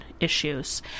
Issues